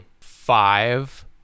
Five